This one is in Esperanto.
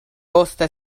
poste